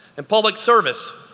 in public service,